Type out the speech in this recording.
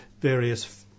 various